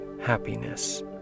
happiness